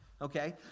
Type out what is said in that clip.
Okay